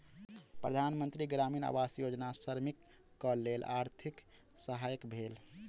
प्रधान मंत्री ग्रामीण आवास योजना श्रमिकक लेल आर्थिक सहायक भेल